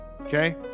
Okay